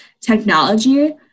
technology